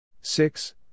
six